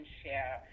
share